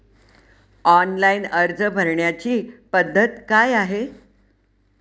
Online अर्ज भरण्याची पद्धत काय आहे?